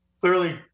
Clearly